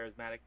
charismatic